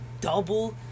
double